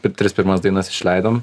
per tris pirmas dainas išleidom